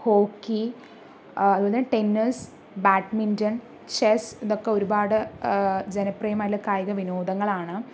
hockey അതുപോലെത്തന്നെ tennis badminton chess ഇതൊക്കെ ഒരുപാട് ജനപ്രിയമായിട്ടുള്ള കായികവിനോദങ്ങളാണ്